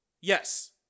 Yes